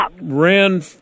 ran